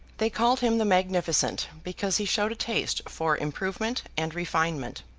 they called him the magnificent, because he showed a taste for improvement and refinement.